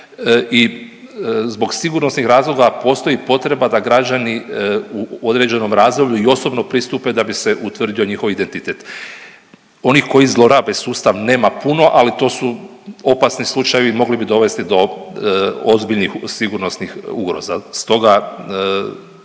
i zbog sigurnosnih razloga postoji potreba da građani u određenom razdoblju i osobno pristupe da bi se utvrdio njihov identitet. Onih koji zlorabe sustav, nema puno, ali to su opasni slučajevi mogli bi dovesti do ozbiljnih sigurnosnih ugroza.